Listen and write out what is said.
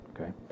Okay